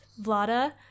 Vlada